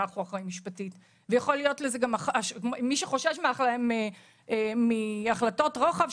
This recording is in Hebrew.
מי שחושש מהחלטות רוחב,